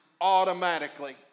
automatically